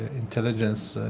intelligence,